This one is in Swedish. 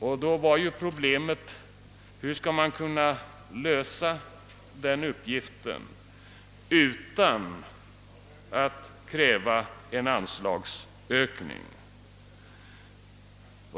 Problemet gäller ju hur vi skall kunna lösa den uppgiften utan att behöva kräva en anslagsökning.